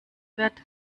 wird